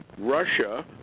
Russia